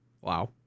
Wow